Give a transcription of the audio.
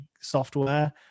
software